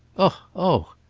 oh oh!